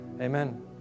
amen